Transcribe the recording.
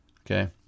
Okay